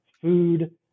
food